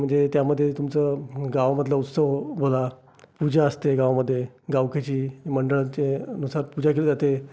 म्हणजे त्यामध्ये तुमचं गावामधला उत्सव बोला पूजा असते गावामध्ये गावकीची मंडळांचे नुसार पूजा केली जाते